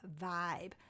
vibe